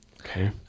Okay